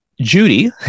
Judy